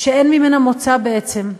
שאין ממנה מוצא בעצם,